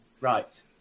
Right